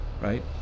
right